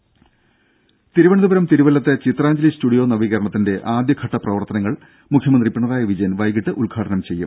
ദേദ തിരുവനന്തപുരം തിരുവല്ലത്തെ ചിത്രാഞ്ജലി സ്റ്റുഡിയോ നവീകരണത്തിന്റെ ആദ്യഘട്ട പ്രവർത്തനങ്ങൾ മുഖ്യമന്ത്രി പിണറായി വിജയൻ വൈകിട്ട് ഉദ്ഘാടനം ചെയ്യും